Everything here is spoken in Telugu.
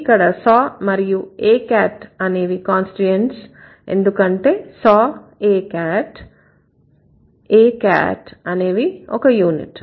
ఇక్కడ saw మరియు a cat అనేవి కాన్స్టిట్యూయెంట్స్ ఎందుకంటే saw a cat a cat అనేవి ఒక యూనిట్